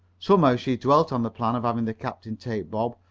somehow she dwelt on the plan of having the captain take bob,